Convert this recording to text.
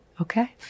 Okay